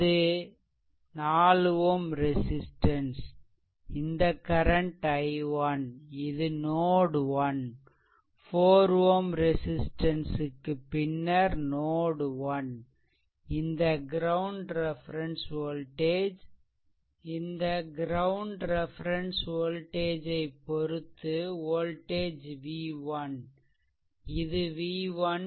இது 4 Ω ரெசிஸ்ட்டன்ஸ் இந்த current i1 இது நோட்1 4 Ω ரெசிஸ்ட்டன்ஸ் க்கு பின்னர் நோட்1 இந்த கிரௌண்ட் ரெஃபெரென்ஸ் வோல்டேஜ் ஐ பொருத்து வோல்டேஜ் v1 இது v1